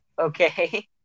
Okay